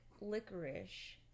licorice